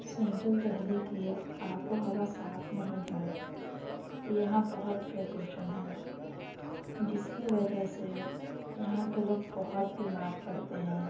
central Delhi کی آب و ہوا صاف نہیں ہے یہاں بہت پردوشن ہے جس کی وجہ سے یہاں کے لوگ بہت بیمار پڑتے ہیں